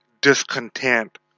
discontent